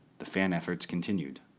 the fan efforts continued.